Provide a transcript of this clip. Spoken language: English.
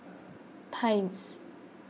Times